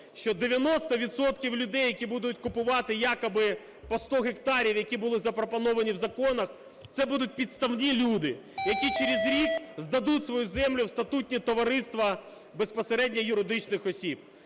що 90 відсотків людей, які будуть купувати якоби по 100 гектарів, які були запропоновані в законах, це будуть підставні люди, які через рік здадуть свою землю в статутні товариства безпосередньо юридичних осіб.